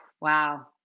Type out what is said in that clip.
wow